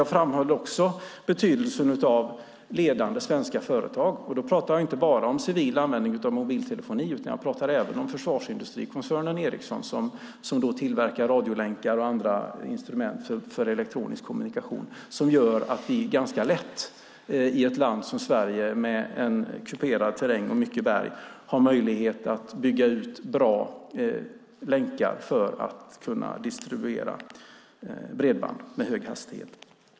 Jag framhöll också betydelsen av ledande svenska företag. Jag pratar inte bara om civil användning av mobiltelefoni utan jag pratar även om försvarsindustrikoncernen Ericsson som tillverkar radiolänkar och andra instrument för elektronisk kommunikation. Det är lätt att i ett land som Sverige med kuperad terräng och mycket berg bygga ut bra länkar för att distribuera bredband med hög hastighet.